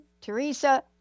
Teresa